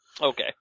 Okay